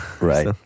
right